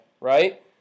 right